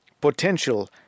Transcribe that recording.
potential